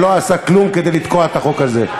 שלא עשה כלום כדי לתקוע את החוק הזה.